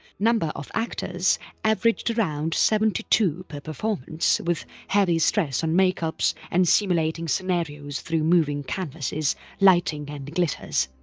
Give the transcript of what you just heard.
number oaf actors averaged around seventy two per performance with heavy stress on makeups and simulating scenarios through moving canvases, lighting and glitters.